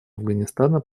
афганистана